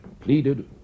pleaded